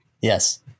Yes